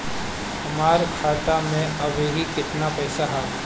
हमार खाता मे अबही केतना पैसा ह?